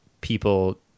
people